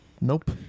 Nope